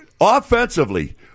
offensively